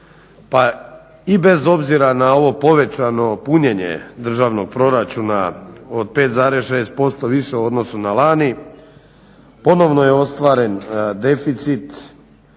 i bez obzira na ovo povećano punjenje državnog proračuna od 5,6% više u odnosu na lani ponovno je ostvaren deficit